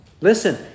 Listen